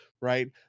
right